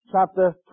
chapter